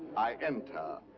i enter,